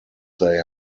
they